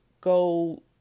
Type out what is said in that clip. go